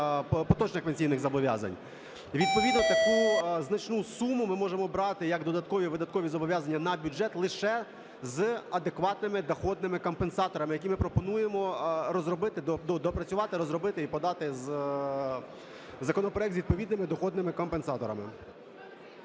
поточних пенсійних зобов'язань. Відповідно таку значну суму ми можемо брати як додаткові видаткові зобов'язання на бюджет лише з адекватними доходними компенсаторами, які ми пропонуємо розробити, доопрацювати, розробити і подати законопроект з відповідними доходними компенсаторами.